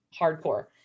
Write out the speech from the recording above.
hardcore